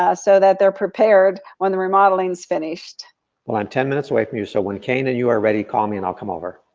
ah so that they're prepared when the remodeling is finished well i'm ten minutes away from you, so when kane and you are ready, call me and i'll come over.